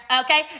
Okay